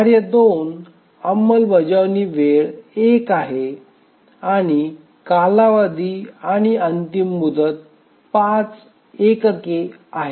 कार्य 2 अंमलबजावणीची वेळ 1 आहे आणि कालावधी आणि अंतिम मुदत 5 एकके आहेत